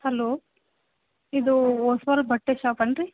hello ಇದು ವಸ್ವರದ ಬಟ್ಟೆ ಶಾಪ್ ಅನ್ರೀ